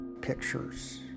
pictures